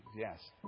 yes